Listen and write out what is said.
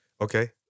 Okay